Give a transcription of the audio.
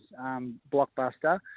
blockbuster